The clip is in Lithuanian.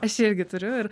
aš irgi turiu ir